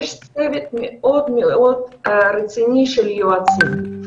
יש צוות מאוד מאוד רציני של יועצים.